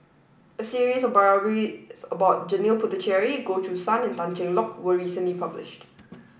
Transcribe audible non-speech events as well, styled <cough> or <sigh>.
a series of biographies about Janil Puthucheary Goh Choo San and Tan Cheng Lock was recently published <noise>